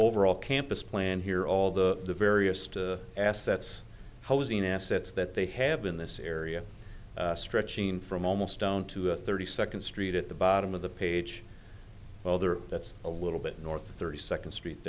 overall campus plan here all the various to assets housing assets that they have in this area stretching from almost down to a thirty second street at the bottom of the page whether that's a little bit north of thirty second street